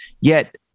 Yet-